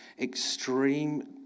extreme